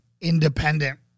independent